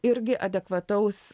irgi adekvataus